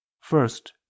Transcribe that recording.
first